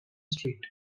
street